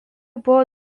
buvo